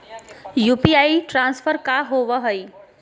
UPI transfer का होव हई?